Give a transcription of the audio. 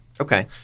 okay